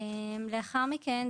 לאחר מכן,